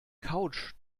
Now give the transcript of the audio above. couch